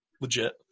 Legit